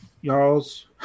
y'all's